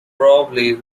probably